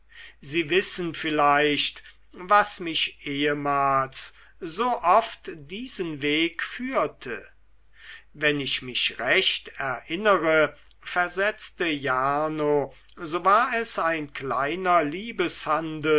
sie wissen vielleicht was mich ehemals so oft diesen weg führte wenn ich mich recht erinnere versetzte jarno so war es ein kleiner